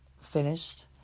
finished